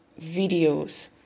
videos